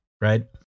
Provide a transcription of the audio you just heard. Right